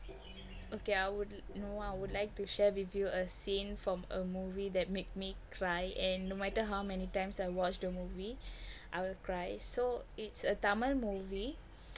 okay I would now I would like to share with you a scene from a movie that made me cry and no matter how many times I watch the movie I will cry so it's a tamil movie